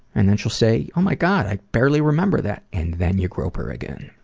and, then she'll say oh my god, i barely remember that. and then you grope her again.